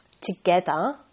together